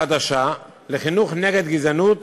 חדשה לחינוך נגד גזענות